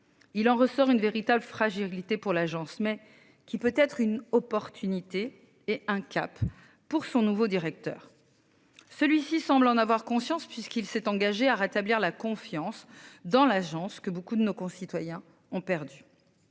Il en ressort une véritable fragilité pour l'agence, mais qui peut être une opportunité et un cap pour son nouveau directeur. Celui-ci semble en avoir conscience puisqu'il s'est engagé à rétablir la confiance dans l'agence, que beaucoup de nos concitoyens ont perdu.